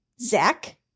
zach